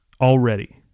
already